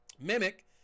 mimic